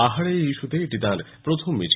পাহাড়ে এই ইস্যুতে এটি তাঁর প্রথম মিছিল